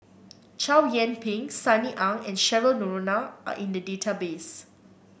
Chow Yian Ping Sunny Ang and Cheryl Noronha are in the database